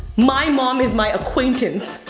my mom is my acquaintance.